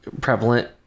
prevalent